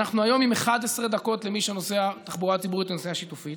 אנחנו היום עם 11 דקות למי שנוסע בתחבורה ציבורית או נסיעה שיתופית,